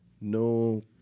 no